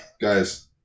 Guys